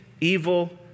evil